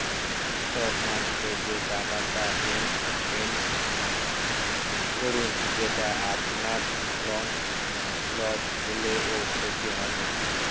stock মার্কেটে যে টাকাটা ইনভেস্ট করুন সেটা আপনার লস হলেও ক্ষতি হয় না